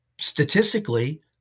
Statistically